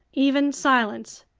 even silence.